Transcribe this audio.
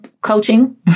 coaching